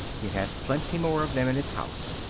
it has plenty more of them in its house.